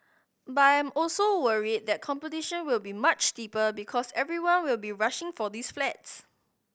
but I'm also worried that competition will be much steeper because everyone will be rushing for these flats